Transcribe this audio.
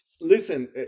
Listen